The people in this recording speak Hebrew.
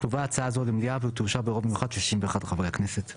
תובא הצעה זו למליאה ותאושר ברוב מיוחד של 61 חברי הכנסת'.